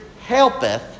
helpeth